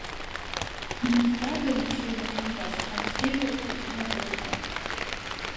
nustebino šeimininkas ankstyvu ėjimu gulti